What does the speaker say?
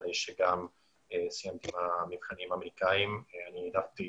ואחרי שסיימתי את המבחנים האמריקאים העדפתי